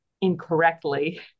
incorrectly